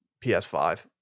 PS5